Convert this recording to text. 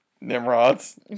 Nimrods